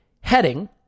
heading